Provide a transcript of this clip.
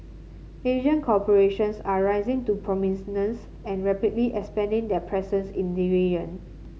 Asian corporations are rising to and rapidly expanding their presence in the region